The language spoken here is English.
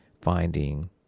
finding